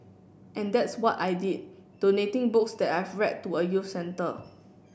and that's what I did donating books that I've read to a youth centre